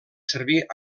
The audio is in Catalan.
servir